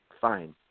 fine